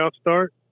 start